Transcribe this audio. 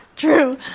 True